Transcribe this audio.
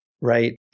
right